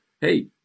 hey